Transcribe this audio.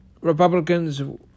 Republicans